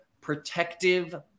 protective